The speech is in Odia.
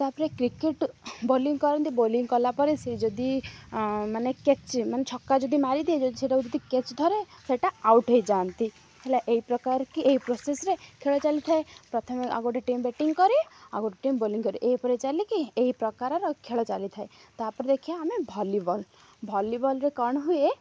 ତା'ପରେ କ୍ରିକେଟ୍ ବୋଲିଂ କରନ୍ତି ବୋଲିଂ କଲାପରେ ସେ ଯଦି ମାନେ କ୍ୟାଚ୍ ମାନେ ଛକା ଯଦି ମାରିଦିଏ ଯଦି ସେଇଟାକୁ ଯଦି କ୍ୟାଚ୍ ଧରେ ସେଇଟା ଆଉଟ୍ ହୋଇଯାଆନ୍ତି ହେଲା ଏହି ପ୍ରକାର କି ଏହି ପ୍ରୋସେସ୍ରେ ଖେଳ ଚାଲିଥାଏ ପ୍ରଥମେ ଆଉ ଗୋଟେ ଟିମ୍ ବ୍ୟାଟିଂ କରି ଆଉ ଗୋଟେ ବୋଲିଂ କରେ ଏହିପରି ଚାଲିକି ଏହି ପ୍ରକାରର ଖେଳ ଚାଲିଥାଏ ତା'ପରେ ଦେଖିବା ଆମେ ଭଲିବଲ୍ ଭଲିବଲ୍ରେ କ'ଣ ହୁଏ